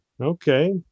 Okay